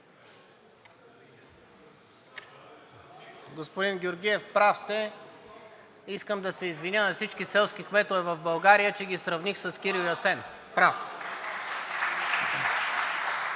Господин Георгиев, прав сте. Искам да се извиня на всички селски кметове в България, че ги сравних с Кирил и Асен. Прав сте!